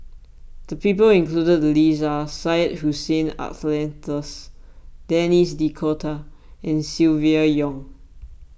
the people included in the list are Syed Hussein Alatas Denis D'Cotta and Silvia Yong